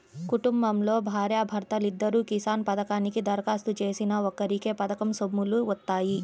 కుటుంబంలో భార్యా భర్తలిద్దరూ కిసాన్ పథకానికి దరఖాస్తు చేసినా ఒక్కరికే పథకం సొమ్ములు వత్తాయి